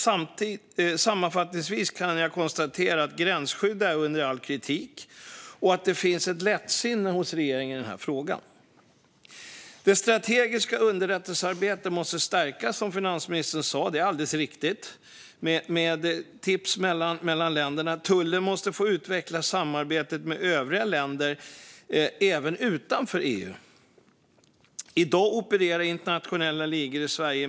Sammanfattningsvis kan jag konstatera att gränsskyddet är under all kritik och att det finns ett lättsinne hos regeringen i den här frågan. Det strategiska underrättelsearbetet måste stärkas, som finansministern sa, med tips mellan länderna. Det är alldeles riktigt. Tullen måste få utveckla samarbetet med övriga länder även utanför EU. I dag opererar internationella ligor i Sverige.